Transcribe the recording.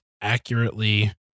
accurately